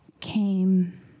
came